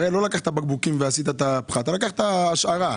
הרי לא לקחת בקבוקים וחישבת את הפחת, לקחת השערה,